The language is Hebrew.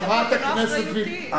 חברת הכנסת וילף,